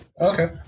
Okay